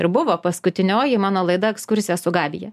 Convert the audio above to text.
ir buvo paskutinioji mano laida ekskursija su gabija